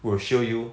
will show you